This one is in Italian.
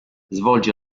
svolge